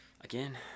again